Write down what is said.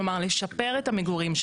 כלומר לשפר את המגורים,